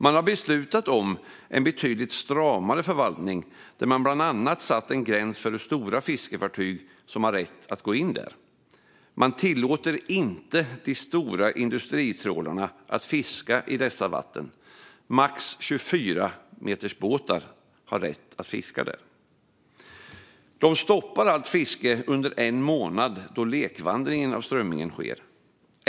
Man har beslutat om en betydligt stramare förvaltning där man bland annat satt en gräns för hur stora fiskefartyg som har rätt att gå in där. Man tillåter inte de stora industritrålarna att fiska i dessa vatten. Max 24-metersbåtar har rätt att fiska där. Man stoppar allt fiske under en månad, då strömmingens lekvandring sker.